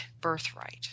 birthright